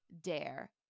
dare